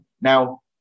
Now